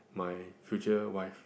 my future wife